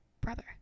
brother